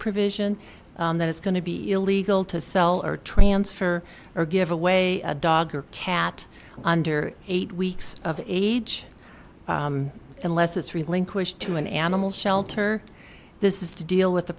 provision that it's going to be illegal to sell or transfer or give away a dog or cat under eight weeks of age unless it's relinquished to an animal shelter this is to deal with the